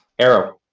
arrow